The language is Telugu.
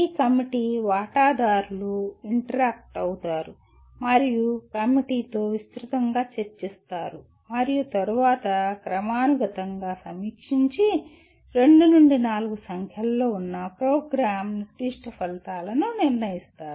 ఈ కమిటీ వాటాదారులు ఇంటరాక్ట్ అవుతారు మరియు కమిటీతో విస్తృతంగా చర్చిస్తారు మరియు తరువాత క్రమానుగతంగా సమీక్షించి రెండు నుండి నాలుగు సంఖ్యలో ఉన్న ప్రోగ్రామ్ నిర్దిష్ట ఫలితాలను నిర్ణయిస్తారు